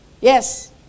Yes